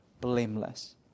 blameless